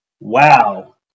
Wow